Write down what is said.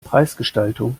preisgestaltung